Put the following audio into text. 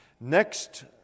Next